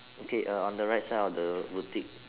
okay uh on the right side of the boutique